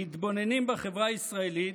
מתבוננים בחברה הישראלית,